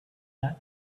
that